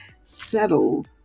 settle